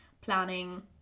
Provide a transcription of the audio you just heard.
planning